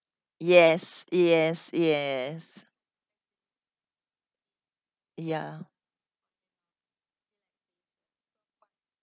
yes yes yes ya